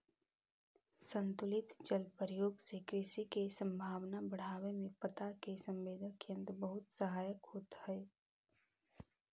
संतुलित जल प्रयोग से कृषि के संभावना बढ़ावे में पत्ता के संवेदक यंत्र बहुत सहायक होतई